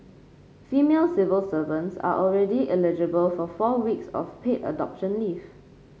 female civil servants are already eligible for four weeks of paid adoption leave